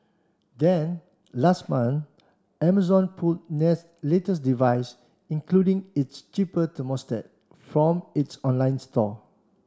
then last month Amazon pulled Nest latest devices including its cheaper thermostat from its online store